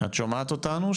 מעבר לנקודה הספציפית של